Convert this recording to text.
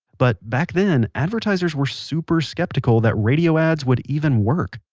but, back then advertisers were super skeptical that radio ads would even work.